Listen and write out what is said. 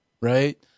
Right